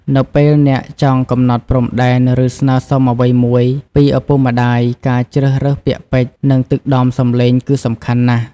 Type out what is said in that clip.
នៅពេលអ្នកចង់កំណត់ព្រំដែន ឬស្នើសុំអ្វីមួយពីឪពុកម្ដាយ ការជ្រើសរើសពាក្យពេចន៍ និងទឹកដមសំឡេងគឺសំខាន់ណាស់។